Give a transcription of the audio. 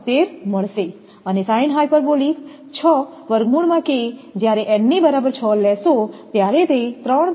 3273 મળશે અને જ્યારે n ની બરાબર 6 લેશો ત્યારે તે 3